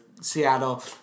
Seattle